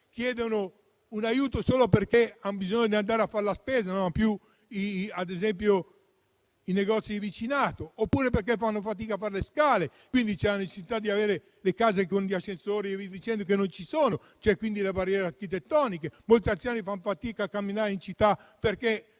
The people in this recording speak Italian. chiedono un aiuto solo perché hanno bisogno di andare a fare la spesa, perché non hanno più i negozi di vicinato oppure perché fanno fatica a fare le scale, per cui c'è la necessità di avere le case con gli ascensori, che spesso non ci sono, per cui ci sono barriere architettoniche. Molti anziani fanno fatica a camminare in città, perché